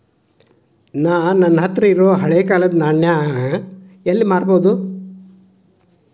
ನಾ ನನ್ನ ಹತ್ರಿರೊ ಹಳೆ ಕಾಲದ್ ನಾಣ್ಯ ನ ಎಲ್ಲಿ ಮಾರ್ಬೊದು?